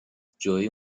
جوئی